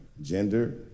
Gender